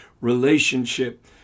relationship